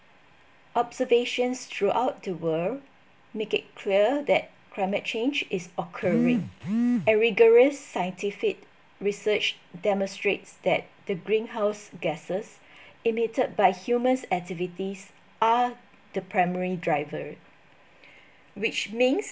observations throughout the world make it clear that climate change is occurring a rigorous scientific research demonstrates that the greenhouse gases emitted by human activities are the primary driver which means